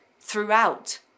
throughout